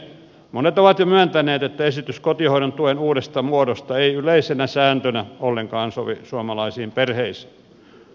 monet ovat jo myöntäneet että esitys kotihoidon tuen uudesta muodosta ei yleisenä sääntönä ollenkaan sovi suomalaisiin perheisiin